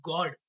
God